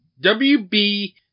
WB